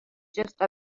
just